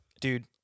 dude